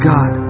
God